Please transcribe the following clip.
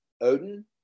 Odin